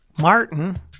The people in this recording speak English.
Martin